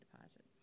deposit